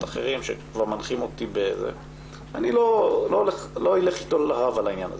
אחרים אני לא אלך אתו לרב על העניין הזה,